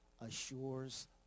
assures